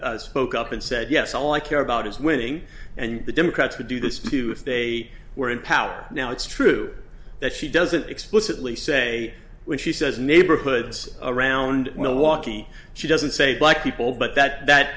and spoke up and said yes all i care about is winning and the democrats would do this too if they were in power now it's true that she doesn't explicitly say when she says neighborhoods around and well walkie she doesn't say black people but that that